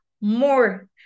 more